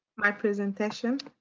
my presentation.